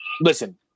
listen